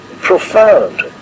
profound